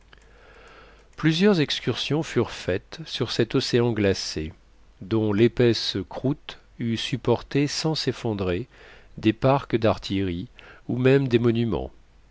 plusieurs excursions furent faites sur cet océan glacé dont l'épaisse croûte eût supporté sans s'effondrer des parcs d'artillerie ou même des monuments